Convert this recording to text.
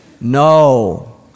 No